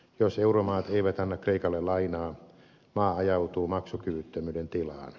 jos euromaat eivät anna kreikalle lainaa maa ajautuu maksukyvyttömyyden tilaan